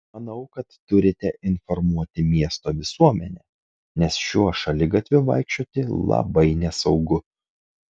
manau kad turite informuoti miesto visuomenę nes šiuo šaligatviu vaikščioti labai nesaugu